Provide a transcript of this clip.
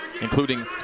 Including